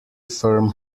firm